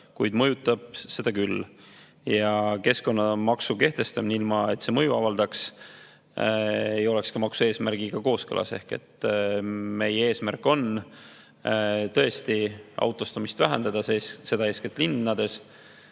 kuid mõjutab seda küll. Keskkonnamaksu kehtestamine, ilma et see mõju avaldaks, ei oleks maksu eesmärgiga kooskõlas. Meie eesmärk on tõesti autostumist vähendada, seda eeskätt linnades,